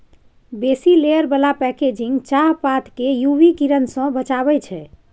बेसी लेयर बला पैकेजिंग चाहपात केँ यु वी किरण सँ बचाबै छै